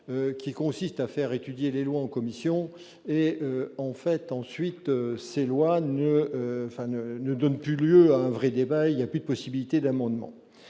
qui consiste à faire étudier les lois en commission et en fait ensuite s'éloigne ne donne plus lieu à un vrai débat, il y a plus de possibilité d'amendement,